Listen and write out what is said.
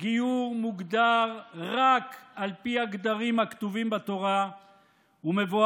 גיור מוגדר רק על פי הגדרים הכתובים בתורה ומבוארים